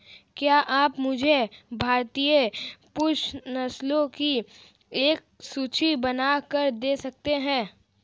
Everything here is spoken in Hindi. क्या आप मुझे भारतीय पशु नस्लों की एक सूची बनाकर दे सकते हैं?